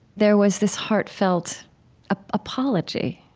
there was this heartfelt ah apology.